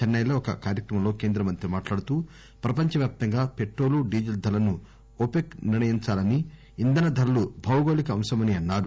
చెన్నెలో ఒక కార్యక్రమంలో కేంద్ర మంత్రి మాట్లాడుతూ ప్రపంచవ్యాప్తంగా పెట్రోలు డీజిల్ ధరలను ఒపెక్ నిర్ణయించాలని ఇంధన ధరలు భౌగోళిక అంశమని అన్నారు